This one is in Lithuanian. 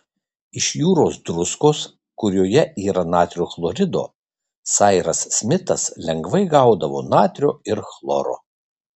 iš jūros druskos kurioje yra natrio chlorido sairas smitas lengvai gaudavo natrio ir chloro